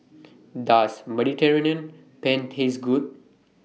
Does Mediterranean Penne Taste Good